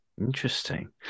interesting